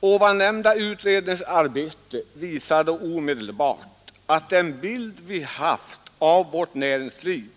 Det nämnda utredningsarbetet visade omedelbart att den bild vi haft av vårt näringsliv